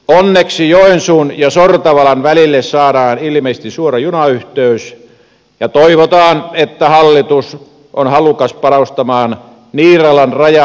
onneksi joensuun ja sortavalan välille saadaan ilmeisesti suora junayhteys ja toivotaan että hallitus on halukas panostamaan niiralan raja aseman kehittämiseen